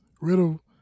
Riddle